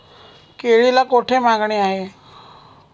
केळीला कोठे मागणी आहे?